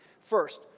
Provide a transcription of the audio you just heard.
First